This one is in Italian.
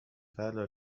ferro